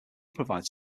provides